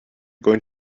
going